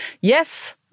Yes